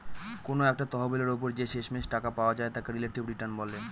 কোনো একটা তহবিলের ওপর যে শেষমেষ টাকা পাওয়া যায় তাকে রিলেটিভ রিটার্ন বলে